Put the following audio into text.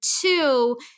two